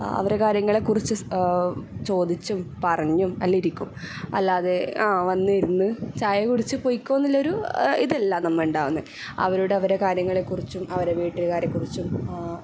അവരുടെ കാര്യങ്ങളെ കുറിച്ച് ചോദിച്ചും പറഞ്ഞും അല്ല ഇരിക്കും അല്ലാതെ അ വന്നിരുന്ന് ചായ കുടിച്ച് പോയ്ക്കൊ എന്നുള്ളൊരു ഇതല്ല നമൾക്ക് ഉണ്ടാവുന്നത് അവരോട് അവരുടെ കാര്യങ്ങളെക്കുറിച്ചും അവരുടെ വീട്ട്കാരെക്കുറിച്ചും